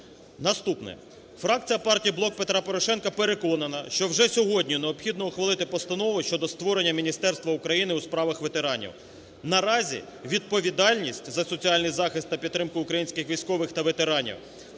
Наступне. Фракція партії "Блок Петра Порошенка" переконана, що вже сьогодні необхідно ухвалити постанову щодо створення Міністерства України у справах ветеранів. Наразі відповідальність за соціальний захист та підтримку українських військових та ветеранів